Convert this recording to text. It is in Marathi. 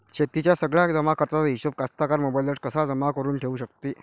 शेतीच्या सगळ्या जमाखर्चाचा हिशोब कास्तकार मोबाईलवर कसा जमा करुन ठेऊ शकते?